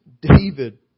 David